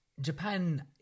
Japan